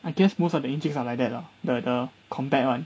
I guess most of the enciks are like that lah the the combat one